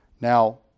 Now